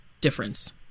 difference